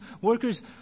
workers